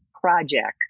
projects